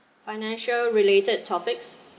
financial related topics